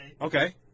Okay